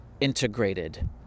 integrated